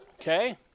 Okay